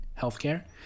healthcare